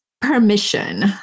permission